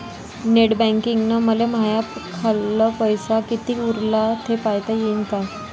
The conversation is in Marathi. नेट बँकिंगनं मले माह्या खाल्ल पैसा कितीक उरला थे पायता यीन काय?